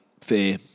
Fair